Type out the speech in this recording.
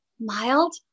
mild